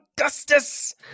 Augustus